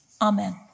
Amen